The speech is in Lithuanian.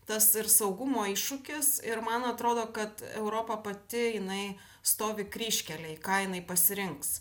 tas ir saugumo iššūkis ir man atrodo kad europa pati jinai stovi kryžkelėj ką jinai pasirinks